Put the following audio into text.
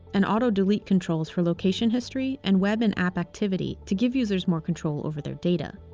an auto delete controls for location, history and web and app activity to give users more control over their data.